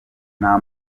nta